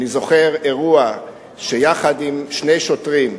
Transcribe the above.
אני זוכר אירוע שיחד עם שני שוטרים,